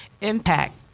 Impact